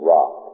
Rock